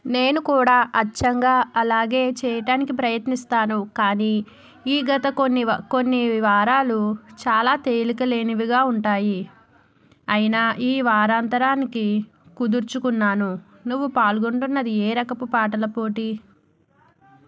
నేను కూడా అచ్చంగా అలాగే చెయ్యడానికి ప్రయత్నిస్తాను కానీ ఈ గత కొన్ని వారాలు చాలా తీరిక లేనివిగా ఉంటాయి అయినా ఈ వారాంతానికి కుదుర్చుకున్నాను నువ్వు పాల్గొంటున్నది ఏ రకపు పాటల పోటీ